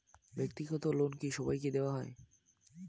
ব্যাক্তিগত লোন কি সবাইকে দেওয়া হয়?